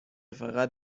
فقط